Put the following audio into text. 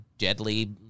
Deadly